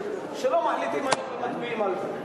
שלא מחליטים ומצביעים על זה.